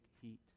heat